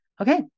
Okay